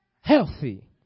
healthy